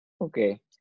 Okay